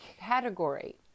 category